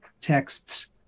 texts